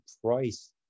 Price –